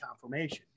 confirmation